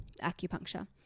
acupuncture